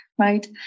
Right